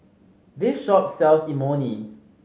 this shop sells Imoni